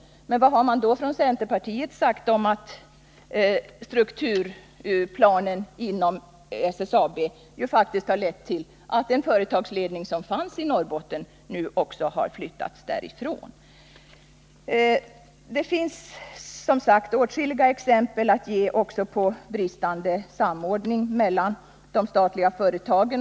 Men vad har man från centerpartiets sida sagt om att strukturplanen inom SSAB faktiskt har lett till att den företagsledning som fanns i Norrbotten nu har flyttats därifrån? Det finns åtskilliga exempel att ge också på bristande samordning mellan de statliga företagen.